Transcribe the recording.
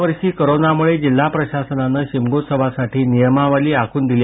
यावर्षी कोरोनामुळे जिल्हा प्रशासनानं शिमगोत्सवासाठी नियमावली आखून दिली